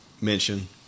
mention